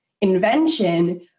invention